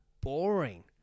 boring